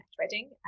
Reading